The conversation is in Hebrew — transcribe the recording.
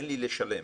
אין לו כסף לשלם,